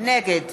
נגד